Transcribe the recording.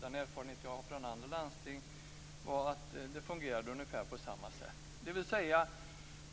Den erfarenheten som jag har från andra landsting är att det fungerade ungefär på samma sätt.